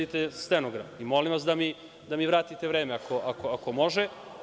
Izvadite stenogram i molim vas da mi vratite vreme ako može.